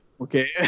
Okay